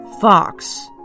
Fox